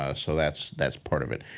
ah so that's that's part of it.